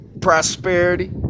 prosperity